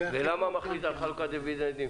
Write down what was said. ולמה מחליט לגבי חלוקת דיבינד.